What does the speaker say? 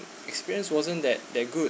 experience wasn't that that good